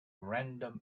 random